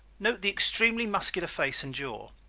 note the extremely muscular face and jaw.